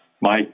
Mike